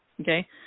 okay